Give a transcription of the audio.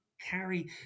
carry